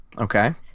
Okay